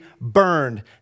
burned